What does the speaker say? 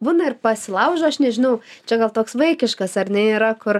būna ir pasilaužo aš nežinau čia gal toks vaikiškas ar ne yra kur